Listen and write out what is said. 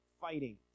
fighting